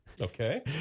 Okay